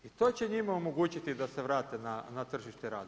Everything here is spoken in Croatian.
I to će njima omogućiti da se vrate na tržište rada.